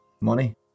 money